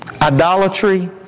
idolatry